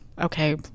okay